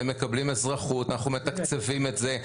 הם מקבלים אזרחות, אנחנו מתקצבים את זה.